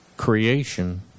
Creation